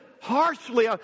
harshly